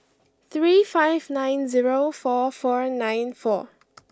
three five nine zero four four nine four